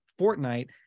Fortnite